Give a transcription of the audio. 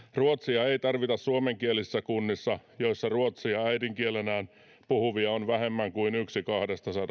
ruotsia ei tarvita suomenkielisissä kunnissa joissa ruotsia äidinkielenään puhuvia on vähemmän kuin yksi kahdestasadasta kun ruotsi on siis